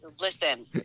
Listen